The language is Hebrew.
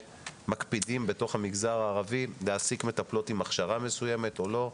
מקפידים להעסיק מטפלות עם הכשרה מסוימת או לא.